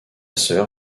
sœur